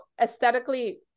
aesthetically